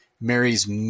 Mary's